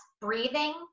breathing